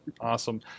Awesome